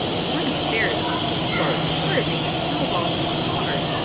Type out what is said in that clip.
it wasn't fair to come so close, or to make the snowballs so hard.